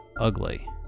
ugly